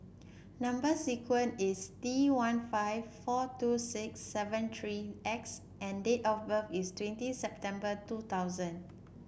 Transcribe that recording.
number sequence is T one five four two six seven three X and date of birth is twenty September two thousand